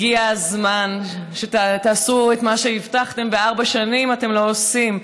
הגיע הזמן שתעשו את מה שהבטחתם וארבע שנים אתם לא עושים.